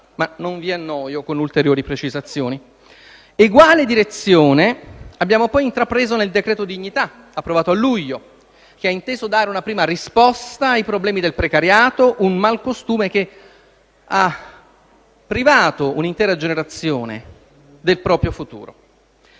ma non vi annoio con ulteriori precisazioni.